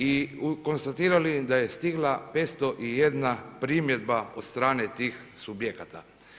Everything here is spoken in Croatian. I konstatirali da je stigla 501 primjedba od strane tih subjekata.